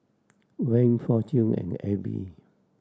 Van Fortune and Aibi